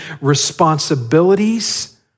responsibilities